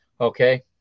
Okay